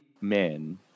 men